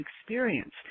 experience